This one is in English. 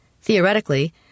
Theoretically